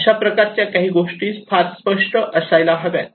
अशा प्रकारच्या काही गोष्टी फार स्पष्ट असायला हव्यात